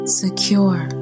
secure